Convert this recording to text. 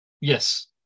yes